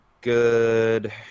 good